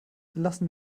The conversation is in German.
lassen